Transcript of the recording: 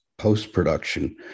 post-production